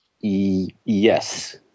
Yes